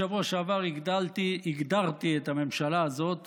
בשבוע שעבר הגדרתי את הממשלה הזאת